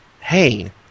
hey